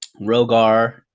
Rogar